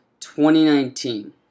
2019